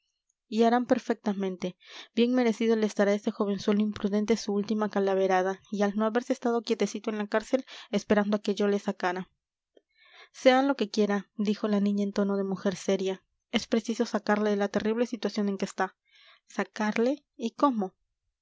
y harán perfectamente bien merecido le estará a ese jovenzuelo imprudente su última calaverada y el no haberse estado quietecito en la cárcel esperando a que yo le sacara sea lo que quiera dijo la niña en tono de mujer seria es preciso sacarle de la terrible situación en que está sacarle y cómo